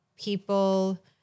people